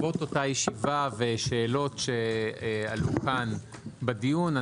בעקבות אותה ישיבה ושאלות שעלו כאן בדיון,